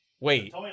Wait